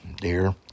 dear